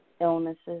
illnesses